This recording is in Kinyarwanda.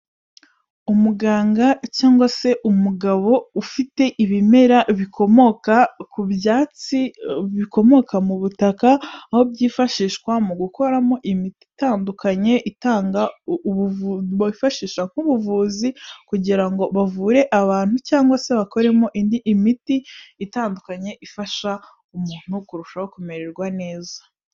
Umuganga cyangwa se umugabo ufite ibimera bikomoka ku byatsi bikomoka mu butaka aho byifashishwa mu gukoramo imiti itandukanye bifashisha nk'ubuvuzi kugira ngo bavure abantu cyangwa se bakoremo indi miti itandukanye ifasha umuntu kurushaho kumererwa neza.